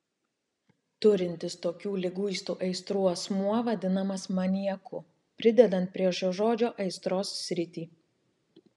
turintis tokių liguistų aistrų asmuo vadinamas maniaku pridedant prie šio žodžio aistros sritį